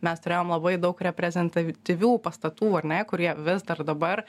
mes turėjom labai daug reprezentatyvių pastatų ar ne kurie vis dar dabar